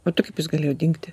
o tai kaip jis galėjo dingti